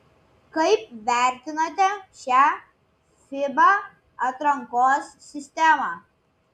kaip vertinate šią fiba atrankos sistemą